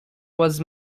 was